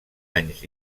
anys